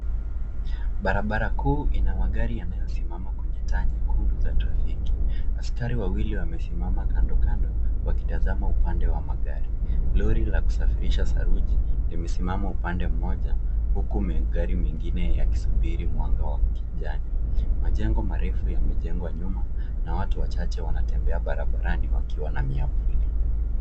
Barabara kuu ina magari yanayosimama kwenye taa nyekundu za trafiki . Askari wawili wamesimama kando kando wakitazama upande wa magari. Lori la kusafirisha saruji limesimama upande mmoja, huku magari mengine yakisubiri mwanga wa kijani. Majengo marefu yamejengwa nyuma na watu wachache wanatembea barabarani wakiwa na miavuli.